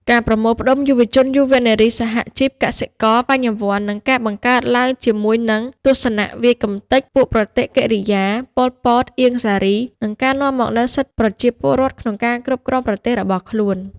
ការប្រមូលផ្តុំ យុវជន យុវនារី សហជីព កសិករ បញ្ញាវន្ត័ និងការបង្កើតឡើងជាមួយនឹងទស្សនវាយកំទេចពួកប្រតិកិរិយា ប៉ុល ពត អៀង សារី និងការនាំមកនូវសិទ្ធិប្រជាពលរដ្ឋក្នុងការគ្រប់គ្រងប្រទេសរបស់ខ្លួន ។